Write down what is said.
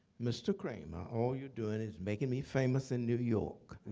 mr. kramer, all you're doing is making me famous in new york.